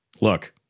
look